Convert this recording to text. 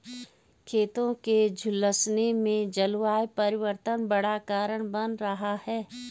खेतों के झुलसने में जलवायु परिवर्तन बड़ा कारण बन रहा है